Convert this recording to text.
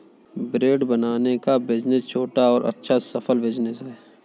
bread बनाने का business छोटा और अच्छा सफल बिज़नेस है